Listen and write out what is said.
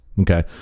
okay